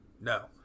No